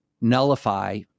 nullify